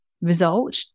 Result